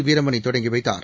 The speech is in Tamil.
வீரமணிதொடங்கிவைத்தார்